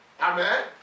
Amen